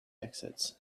exits